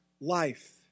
life